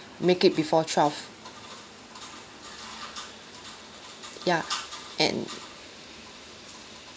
make it before twelve ya and